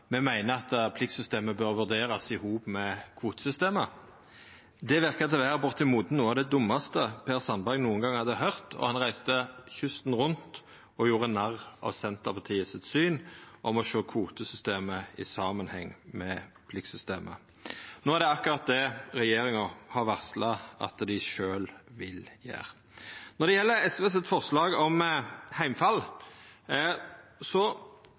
me meiner at pliktsystemet bør vurderast i hop med kvotesystemet. Det såg ut til å vera bortimot noko av det dummaste Per Sandberg nokon gong hadde høyrt, og han reiste kysten rundt og gjorde narr av Senterpartiet sitt syn om å sjå kvotesystemet i samanheng med pliktsystemet. No er det akkurat det regjeringa har varsla at dei sjølve vil gjera. Når det gjeld SV sitt forslag om heimfall,